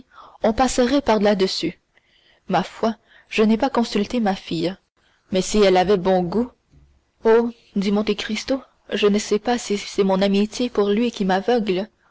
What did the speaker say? on passerait par là-dessus ma foi je n'ai pas consulté ma fille mais si elle avait bon goût oh dit monte cristo je ne sais si c'est mon amitié pour lui qui m'aveugle